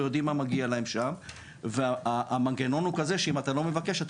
יודעים מה מגיע להם שם והמנגנון הוא כזה שאם אתה לא מבקש אתה